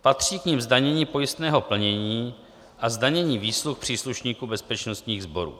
Patří k nim zdanění pojistného plnění a zdanění výsluh příslušníků bezpečnostních sborů.